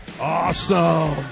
Awesome